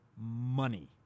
money